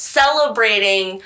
celebrating